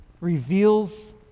reveals